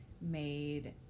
made